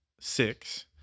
six